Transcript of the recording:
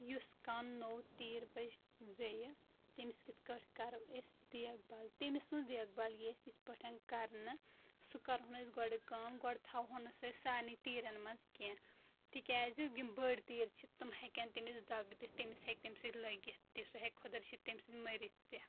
یُس کانٛہہ نوٚو تیٖر بَچہِ زیٚیہِ تٔمِس کِتھ کٲٹھۍ کَرو أسۍ دیکھ بال تٔمۍ سٕںٛز دیکھ بال یی اَسہِ یِتھ پٲٹھۍ کَرنہٕ سُہ کَرہون أسی گۄڈٕ کٲم گۄڈٕ تھَاوون نہٕ أسۍ سُہ سارنٕے تیٖرن منٛز کینٛہہ تِکیازِ یِم بٔڑۍ تیٖر چھِ تِم ہیٚکن تٔمِس دَکہٕ دِتھ تٔمِس ہیٚکہِ تَمہِ سۭتۍ لٔگِتھ تہِ سُہ ہیٚکہِ خۄدا رٔچھِن تمہِ سۭتۍ مٔرِتھ تہِ